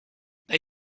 they